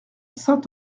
saint